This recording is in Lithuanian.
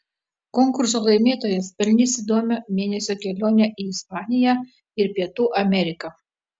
konkurso laimėtojas pelnys įdomią mėnesio kelionę į ispaniją ir pietų ameriką